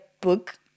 book